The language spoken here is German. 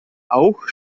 auch